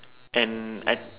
and I think